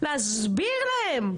להסביר להם,